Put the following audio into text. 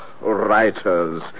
writers